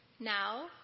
Now